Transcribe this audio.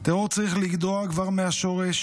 טרור צריך לגדוע כבר מהשורש,